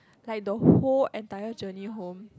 like the whole entire journey home